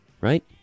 Right